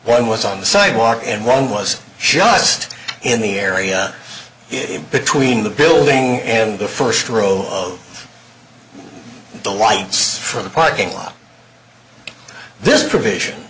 one was on the sidewalk and one was just in the area it between the building and the first row the lights from the parking lot this provision